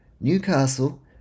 Newcastle